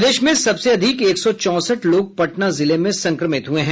प्रदेश में सबसे अधिक एक सौ चौंसठ लोग पटना जिले में संक्रमित हुए हैं